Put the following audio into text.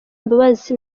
imbabazi